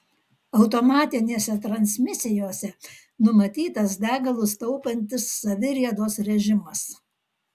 automatinėse transmisijose numatytas degalus taupantis saviriedos režimas